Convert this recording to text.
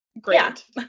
Great